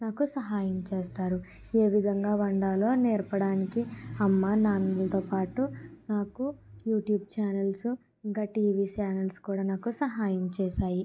నాకు సహాయం చేస్తారు ఏవిధంగా వండాలో నేర్పడానికి అమ్మానాన్నలతో పాటు నాకు యూట్యూబ్ చానెల్స్ ఇంకా టీవీ చానెల్స్ కూడా నాకు సహాయం చేశాయి